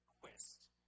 quest